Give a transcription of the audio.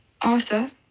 Arthur